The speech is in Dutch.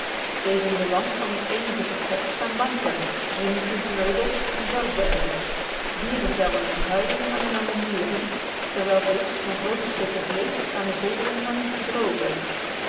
tegen den wand van het eenige vertrek staan banken primitieve meubels en veldbedden dierenvellen en huiden hangen aan de muren terwijl visch en groote stukken vleesch aan de zoldering hangen te drogen